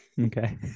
okay